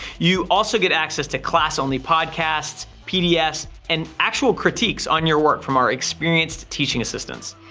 you also get access to class-only podcasts, pdfs, and actual critiques on your work from our experienced teaching assistance.